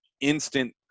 instant